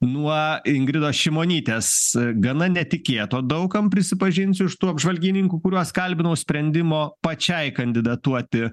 nuo ingridos šimonytės gana netikėto daug kam prisipažinsiu iš tų apžvalgininkų kuriuos kalbinau sprendimo pačiai kandidatuoti